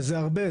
וזה הרבה,